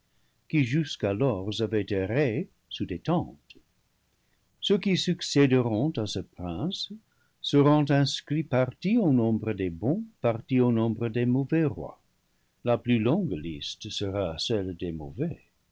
qui jusqu'alors avait erré sous des tentes ceux qui succéderont à ce prince seront inscrits partie au nombre des bons partie au nombre des mauvais rois la plus longue liste sera celle des mauvais